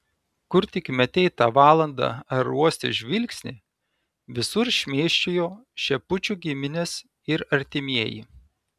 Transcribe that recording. kur tik metei tą valandą aerouoste žvilgsnį visur šmėsčiojo šepučių giminės ir artimieji